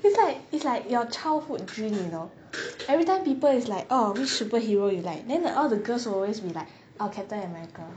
it's like it's like your childhood dream you know every time people is like orh which superhero you like then the other girls always be like oh captain america